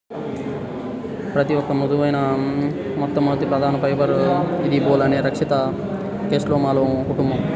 పత్తిఒక మృదువైన, మెత్తటిప్రధానఫైబర్ఇదిబోల్ లేదా రక్షిత కేస్లోమాలో కుటుంబం